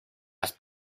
las